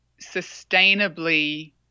sustainably